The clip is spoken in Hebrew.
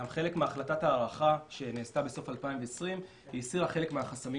חלק מהחלטת ההארכה שנעשתה בסוף 2020 הסירה חלק מהחסמים